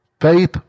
Faith